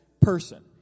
person